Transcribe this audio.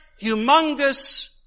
humongous